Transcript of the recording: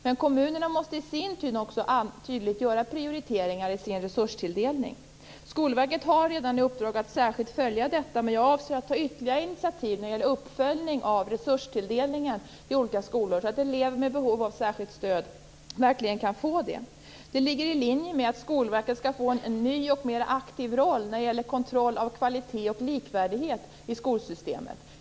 Men kommunerna måste i sin tur också tydligt göra prioriteringar i sina resurstilldelningar. Skolverket har redan i uppdrag att särskilt följa detta, men jag avser att ta ytterligare initiativ när det gäller uppföljning av resurstilldelningen i olika skolor så att elever med behov av särskilt stöd verkligen kan få det. Det ligger i linje med att Skolverket skall få en ny och mer aktiv roll när det gäller kontroll av kvalitet och likvärdighet i skolsystemet.